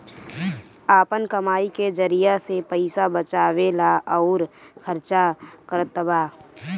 आपन कमाई के जरिआ से पईसा बचावेला अउर खर्चा करतबा